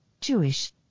Jewish